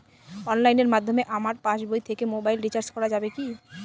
অনলাইনের মাধ্যমে আমার পাসবই থেকে মোবাইল রিচার্জ করা যাবে কি?